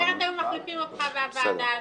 -- כי אחרת היו מחליפים אותך בוועדה הזאת.